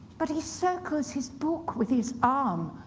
but he circles his book with his arm,